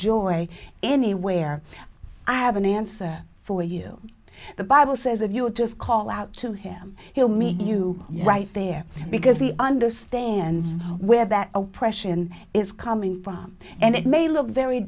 joy anywhere i have an answer for you the bible says of you just call out to him he'll meet you right there because he understands where that oppression is coming from and it may look very